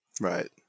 Right